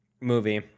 movie